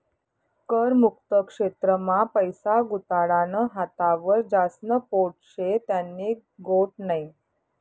कर मुक्त क्षेत्र मा पैसा गुताडानं हातावर ज्यास्न पोट शे त्यानी गोट नै